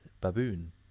baboon